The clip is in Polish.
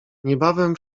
niebawem